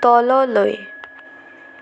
তললৈ